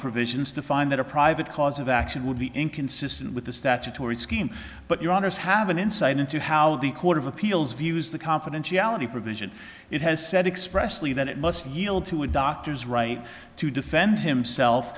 provisions to find that a private cause of action would be inconsistent with the statutory scheme but your honour's have an insight into how the court of appeals views the confidentiality provision it has said expressly that it must yield to a doctor's right to defend himself